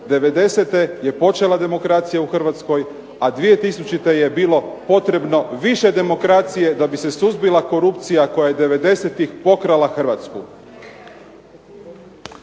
je počela demokracija u Hrvatskoj, a 2000. je bilo potrebno više demokracije da bi se suzbila korupcija koja je devedesetih pokrala Hrvatsku.